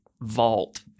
Vault